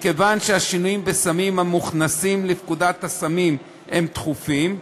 מכיוון שהשינויים בסמים המוכנסים לפקודת הסמים הם תכופים,